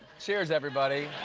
cheers, everybody.